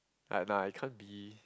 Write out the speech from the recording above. ah nah it can't be